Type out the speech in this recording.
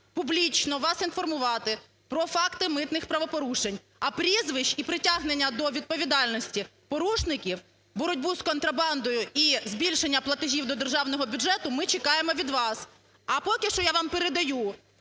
публічно вас інформувати про факти митних правопорушень. А прізвищ і притягнення до відповідальності порушників, боротьбу з контрабандою і збільшення платежів до державного бюджету ми чекаємо від вас. А поки що я вам передаю